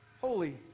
holy